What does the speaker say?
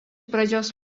pradžios